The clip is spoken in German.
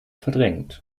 verdrängt